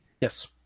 Yes